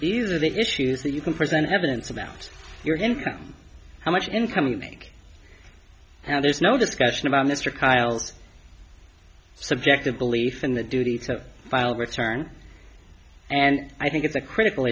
these are the issues that you can present evidence about your income how much income you make and there's no discussion about mr kyle subjective belief in the duty to file a return and i think it's a critical